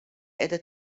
qiegħda